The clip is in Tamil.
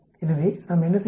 எனவே நாம் என்ன செய்வது